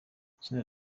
itsinda